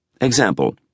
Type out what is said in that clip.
Example